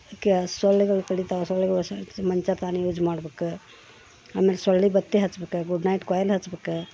ಸೊಳ್ಳೆಗಳು ಕಡಿತ ಸೊಳ್ಳೆಗಳು ಯೂಜ್ ಮಾಡ್ಬೇಕು ಆಮೇಲೆ ಸೊಳ್ಳೆ ಬತ್ತಿ ಹಚ್ಚಬೇಕು ಗುಡ್ ನೈಟ್ ಕೊಯಿಲ್ ಹಚ್ಚಬೇಕು